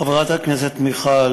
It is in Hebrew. חברת הכנסת מיכל,